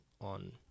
on